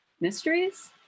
Mysteries